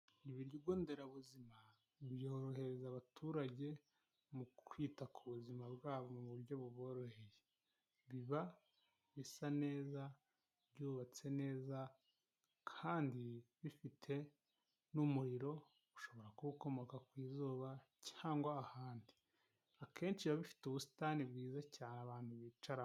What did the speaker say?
Ibigo nderabuzima byorohereza abaturage mu kwita ku buzima bwabo mu buryo buboroheye. Biba bisa neza, byubatse neza kandi bifite n'umuriro ushobora kuba ukomoka ku izuba cyangwa ahandi akenshi biba bifite ubusitani bwiza cyane abantu bicaraho.